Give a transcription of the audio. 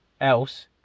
else